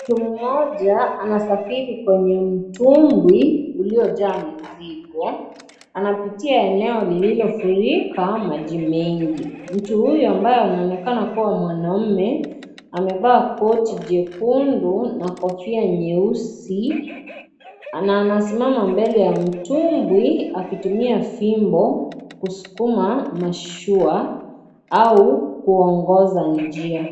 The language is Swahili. Mtu mmoja anasafiri kwenye mtumbwi uliojaa mizigo. Anapitia eneo lililofurika maji mengi. Mtu huyu ambaye anaonekana kuwa mwanamme, amevaa koti jekundu na kofia nyeusi na anasimama mbele ya mtumbwi akitumia fimbo kusukuma mashua au kuongoza njia.